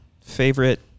favorite